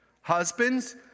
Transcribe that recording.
Husbands